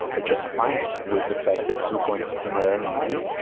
are just fine with the fact that zooko and his team are earning money,